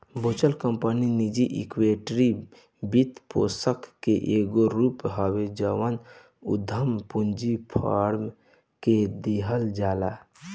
venture capital निजी equity वित्तपोषण के एगो रूप हवे जवन उधम पूंजी फार्म के दिहल जाला